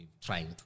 trying